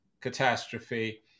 catastrophe